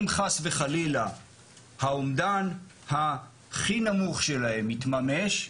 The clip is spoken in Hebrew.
אם חס וחלילה האומדן הכי נמוך שלהם יתממש,